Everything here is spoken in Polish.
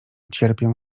cierpię